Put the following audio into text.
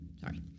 Sorry